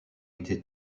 été